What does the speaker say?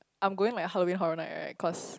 I'm going like Halloween horror night right cause